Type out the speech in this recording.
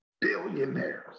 billionaires